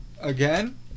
again